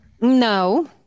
No